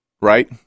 right